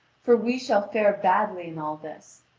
for we shall fare badly in all this.